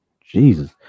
Jesus